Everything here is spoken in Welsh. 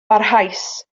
barhaus